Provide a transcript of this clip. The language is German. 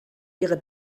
ihre